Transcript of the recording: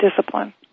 discipline